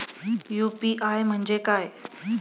UPI म्हणजे काय?